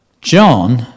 John